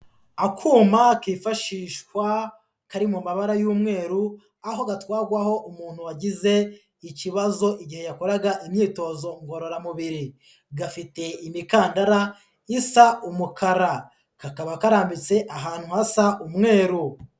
Akuma kifashishwa kari mu mabara y'umweru, aho gatwarwaho umuntu wagize ikibazo igihe yakoraga imyitozo ngororamubiri, gafite imikandara isa umukara, kakaba karambitse ahantu hasa umweru.